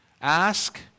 Ask